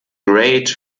great